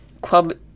club